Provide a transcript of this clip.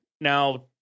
Now